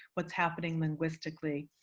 what's happening linguistically.